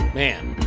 man